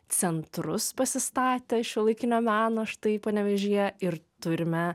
centrus pasistatę šiuolaikinio meno štai panevėžyje ir turime